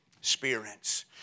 spirits